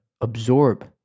absorb